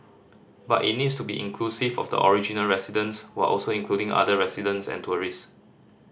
but it needs to be inclusive of the original residents while also including other residents and tourist